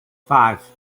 five